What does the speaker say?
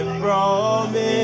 promise